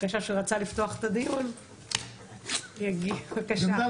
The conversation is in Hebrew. שרצה לפתוח את הדיון יגיב, בבקשה.